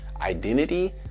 identity